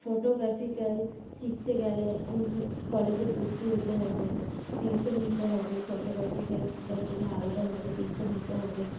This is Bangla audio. ফোটোগ্র্যাফিক্যাল শিখতে গেলে কলেজে ভর্তি হতে হবে টিউশন নিতে হবে ফোটোগ্র্যাফিক্যাল শেখার জন্য আলাদাভাবে টিউশন নিতে হবে